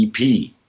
EP